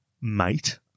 ...mate